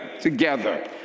together